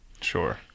Sure